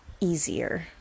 easier